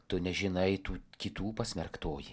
tu nežinai tų kitų pasmerktoji